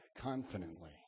Confidently